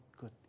good